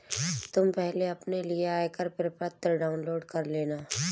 तुम पहले अपने लिए आयकर प्रपत्र डाउनलोड कर लेना